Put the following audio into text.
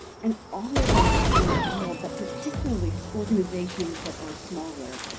and all of us in this world, but particularly so organizations that are smaller,